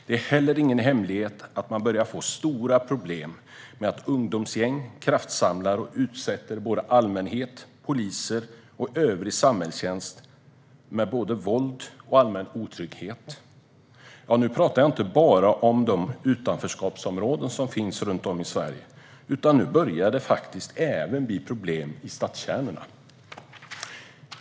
Det är inte heller någon hemlighet att man börjar få stora problem med att ungdomsgäng kraftsamlar och utsätter såväl allmänhet som poliser och övrig samhällstjänst för både våld och allmän otrygghet. Och jag pratar inte bara om de utanförskapsområden som finns runt om i Sverige, utan nu börjar det faktiskt också bli problem i stadskärnorna.